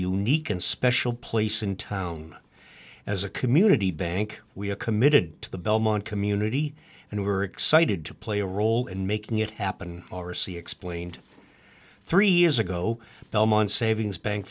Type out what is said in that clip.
unique and special place in town as a community bank we are committed to the belmont community and we were excited to play a role in making it happen r c explained three years ago belmont savings bank